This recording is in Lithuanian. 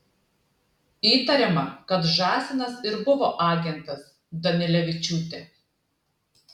įtariama kad žąsinas ir buvo agentas danilevičiūtė